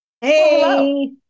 Hey